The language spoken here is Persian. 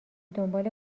دنبال